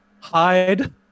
Hide